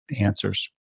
answers